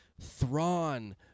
Thrawn